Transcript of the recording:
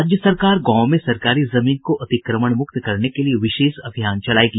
राज्य सरकार गांवों में सरकारी जमीन को अतिक्रमण मुक्त करने के लिये विशेष अभियान चलायेगी